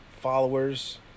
followers